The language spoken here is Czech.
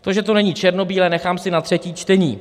To, že to není černobílé, si nechám na třetí čtení.